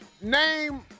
name